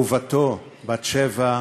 שבע,